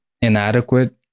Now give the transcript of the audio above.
inadequate